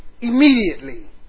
immediately